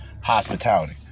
hospitality